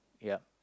yup